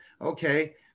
Okay